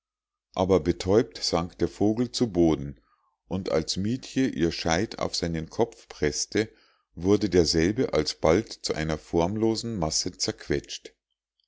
aber betäubt sank der vogel zu boden und als mietje ihr scheit auf seinen kopf preßte wurde derselbe alsbald zu einer formlosen masse zerquetscht